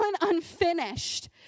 unfinished